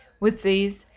with these,